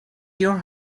your